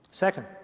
Second